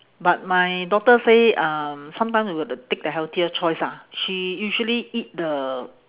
but my daughter say um sometime we got to take the healthier choice ah she usually eat the